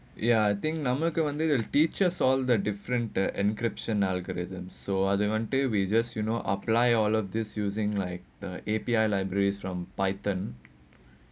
ya think நமக்கே வந்து:nammakkae vanthu the teachers all the different the encryption algorithm and so ah you just you know apply all of this using like the A_P_I library from python